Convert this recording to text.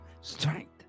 strength